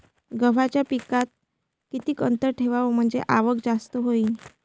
गव्हाच्या पिकात किती अंतर ठेवाव म्हनजे आवक जास्त होईन?